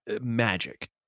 magic